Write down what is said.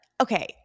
Okay